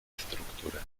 estructura